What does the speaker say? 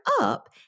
up